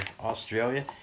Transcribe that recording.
Australia